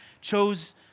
chose